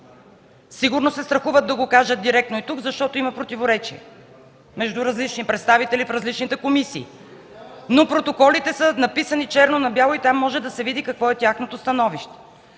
Сигурно се страхуват да го кажат директно тук, защото има противоречие между различните представители в различните комисии. Протоколите обаче са написани черно на бяло и там може да се види какво е тяхното становище.